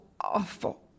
awful